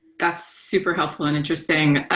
that's super helpful and interesting.